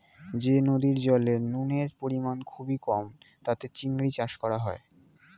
যে নদীর জলে নুনের পরিমাণ খুবই কম তাতে চিংড়ির চাষ করা হয়